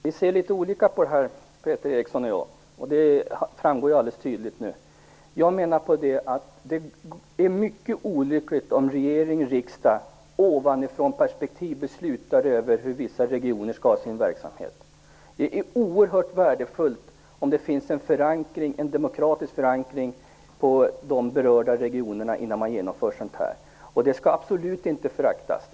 Fru talman! Vi ser litet olika på detta, Peter Eriksson och jag. Det framgår alldeles tydligt nu. Jag menar att det är mycket olyckligt om regering och riksdag i ett ovanifrånperspektiv beslutar över hur vissa regioner skall utforma sin verksamhet. Det är oerhört värdefullt att ha en demokratisk förankring i de berörda regionerna innan man genomför sådant här. Detta skall absolut inte föraktas.